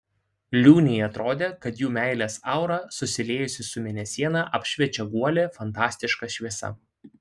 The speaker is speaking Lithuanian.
liūnei atrodė kad jų meilės aura susiliejusi su mėnesiena apšviečia guolį fantastiška šviesa